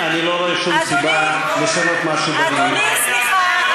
אני לא נותן לך הצעה לסדר.